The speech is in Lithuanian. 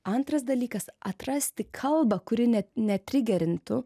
antras dalykas atrasti kalbą kuri net netrigerintų